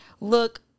look